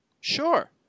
Sure